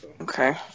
okay